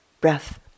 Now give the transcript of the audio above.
breath